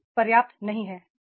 यह पर्याप्त नहीं है